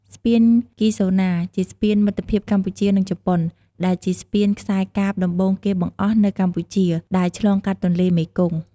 ស្ពានគីហ្សូណា ជាស្ពានមិត្តភាពកម្ពុជានិងជប៉ុន ដែលជាស្ពានខ្សែកាបដំបូងគេបង្អស់នៅកម្ពុជាដែលឆ្លងកាត់ទន្លេមេគង្គ។